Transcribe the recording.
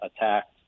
attacked